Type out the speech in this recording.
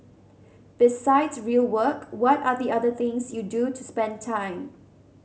besides real work what are the other things you do to spend time